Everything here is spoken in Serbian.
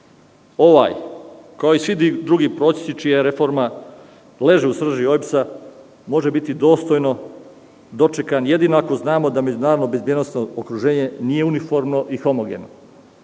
Ovaj kao i svi drugi procesi, čija reforma leži u srži OEBS-a, može biti dostojno dočekan jedino ako znamo da međunarodno bezbednosno okruženje nije uniformno i homogeno. Dolazimo